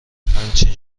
همچنین